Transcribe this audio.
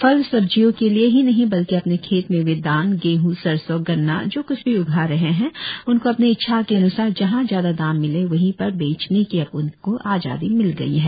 फल सब्जियों के लिए ही नहीं बल्कि अपने खेत में वे धान गेहूं सरसों गन्ना जो कुछ भी उगा रहे हैं उसको अपनी इच्छा के अनुसार जहां ज्यादा दाम मिले वहीं पर बेचने की अब उनको आजादी मिल गई है